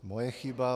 Moje chyba.